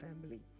family